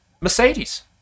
Mercedes